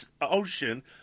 ocean